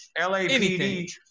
LAPD